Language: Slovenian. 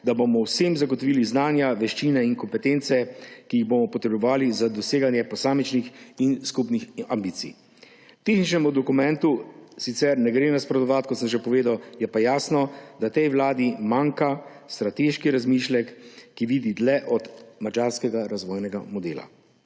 da bomo vsem zagotovili znanja, veščine in kompetence, ki jih bomo potrebovali za doseganje posamičnih in skupnih ambicij. Tehničnemu dokumentu sicer ne gre nasprotovati, kot sem že povedal, je pa jasno, da tej vladi manjka strateški razmislek, ki vidi dlje od madžarskega razvojnega modela.